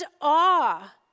awe